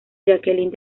jacqueline